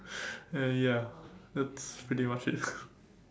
uh ya that's pretty much it